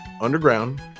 underground